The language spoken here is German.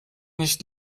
nicht